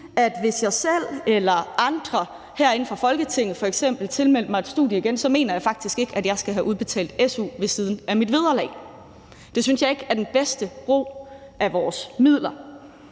hvis jeg selv eller andre herinde fra Folketinget f.eks. igen tilmeldte os et studie, så faktisk ikke mener, at vi skal have udbetalt su ved siden af vores vederlag. Det synes jeg ikke er den bedste brug af vores midler.